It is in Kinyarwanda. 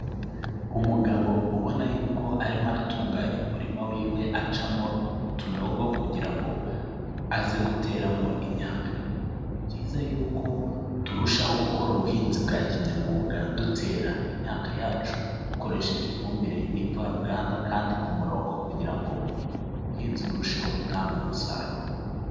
Umugabo ubona yuko arimo aratunganya umurima wiwe acamo utunogo kugira ngo aze guteramo imyaka ye, ni byiza yuko turushaho gukora ubuhinzi bwa kinyamwuga dutera imyaka yacu dukoresheje ifumbire n'imvaruganda kandi ku murongo kugira ngo ubuhinzi burusheho gutanga umusaruro.